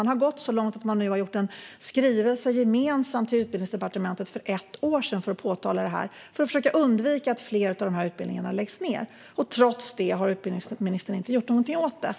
Man har gått så långt att man redan för ett år sedan lade fram en gemensam skrivelse till Utbildningsdepartementet för att påtala detta och för att försöka se till att fler av dessa utbildningar inte läggs ned. Trots detta har utbildningsminister inte gjort någonting åt detta.